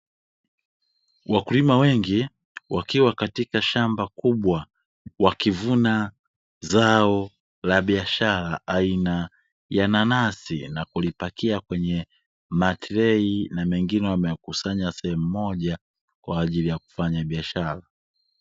Wakulima wengi wakiwa katika shamba kubwa wakivuna zao la biashara aina ya nanasi, na kulipakia kwenye matrei na mengine wameyakusanya sehemu moja kwa ajili ya kufanya biashara.